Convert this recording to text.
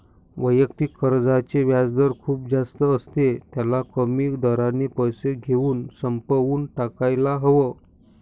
वैयक्तिक कर्जाचे व्याजदर खूप जास्त असते, त्याला कमी दराने पैसे घेऊन संपवून टाकायला हव